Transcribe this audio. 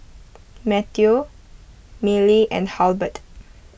Matteo Milly and Halbert